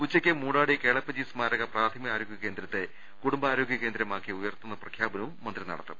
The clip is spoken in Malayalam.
ഉച്ചക്ക് മൂടാടി കേളപ്പജി സ്മാരക പ്രാഥമികാരോഗൃ കേന്ദ്രത്തെ കുടുംബാരോഗൃ കേന്ദ്രമാക്കി ഉയർത്തുന്ന പ്രഖ്യാപനവും മന്ത്രി നടത്തും